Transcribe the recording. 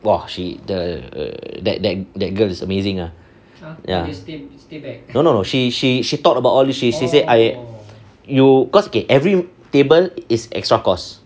!wah! she the that that that girl is amazing ah ya no no no she she she thought about all this she says I you cause okay every table is extra cost